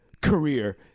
career